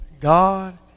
God